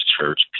Church